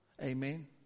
Amen